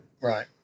right